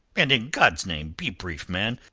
and in god's name be brief, man.